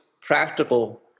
practical